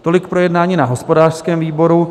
Tolik projednání na hospodářském výboru.